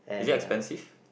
is it expensive